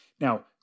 Now